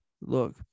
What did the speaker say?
look